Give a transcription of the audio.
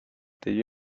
the